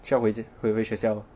需要回去回学校 lor